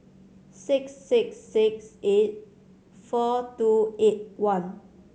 six six six eight four two eight one